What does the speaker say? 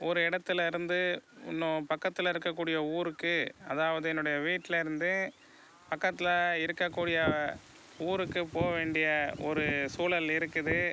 ஒரு இடத்துலேருந்து இன்னும் பக்கத்தில் இருக்கக்கூடிய ஊருக்கு அதாவது என்னுடய வீட்டில் இருந்து பக்கத்தில் இருக்கக்கூடிய ஊருக்கு போ வேண்டிய ஒரு சூழல் இருக்குது